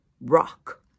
rock